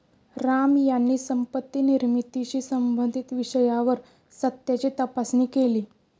राम यांनी संपत्ती निर्मितीशी संबंधित विषयावर सत्याची तपासणी केली